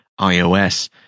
iOS